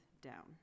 down